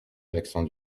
l’accent